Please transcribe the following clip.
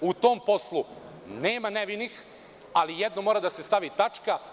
U tom poslu nema nevinih, ali jednom mora da se stavi tačka.